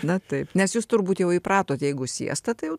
na taip nes jūs turbūt jau įpratot jeigu siesta tai jau